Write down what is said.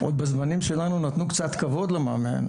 עוד בזמנים שלנו נתנו קצת כבוד למאמן.